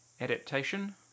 adaptation